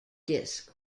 disk